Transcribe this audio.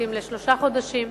לעתים לשלושה חודשים.